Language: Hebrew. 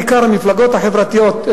בעיקר המפלגות החברתיות,